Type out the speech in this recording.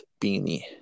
beanie